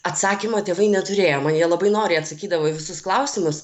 atsakymo tėvai neturėjo man jie labai noriai atsakydavo į visus klausimus